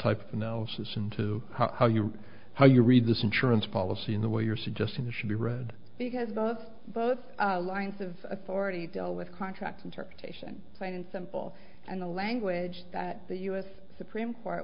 type of analysis into how you how you read this insurance policy in the way you're suggesting that should be read because both of both lines of authority deal with contracts interpretation plain and simple and the language that the u s supreme court